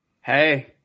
Hey